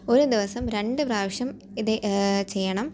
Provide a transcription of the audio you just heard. ഒരു ദിവസം രണ്ട് പ്രാവശ്യം ഇത് ചെയ്യണം